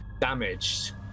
damaged